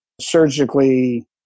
surgically